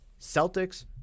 Celtics